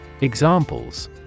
Examples